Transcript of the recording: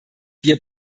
wir